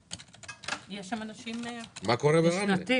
זה פי שניים מן המקום